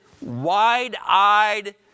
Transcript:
wide-eyed